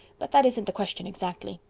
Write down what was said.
but that isn't the question exactly.